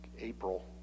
April